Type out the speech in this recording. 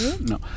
No